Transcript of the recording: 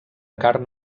carn